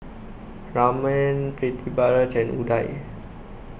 Raman Pritiviraj and Udai